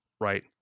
right